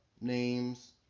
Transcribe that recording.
names